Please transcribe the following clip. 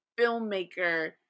filmmaker